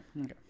Okay